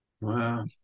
Wow